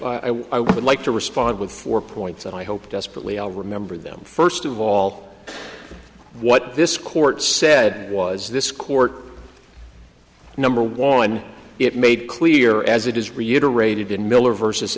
have i would like to respond with four points and i hope desperately i'll remember them first of all what this court said was this court number one it made clear as it is reiterated in miller versus